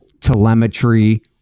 Telemetry